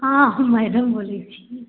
हँ मैडम बोलै छियै